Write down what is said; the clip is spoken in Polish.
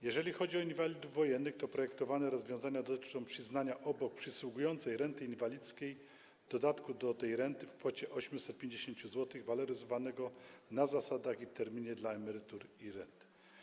Jeżeli chodzi o inwalidów wojennych, to projektowane rozwiązania dotyczą przyznania, obok przysługującej im renty inwalidzkiej, dodatku do tej renty w kwocie 850 zł, waloryzowanego na zasadach i w terminie dla emerytur i rent.